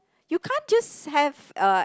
you can't just have uh